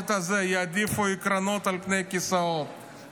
הזה יעדיפו עקרונות על פני כיסאות,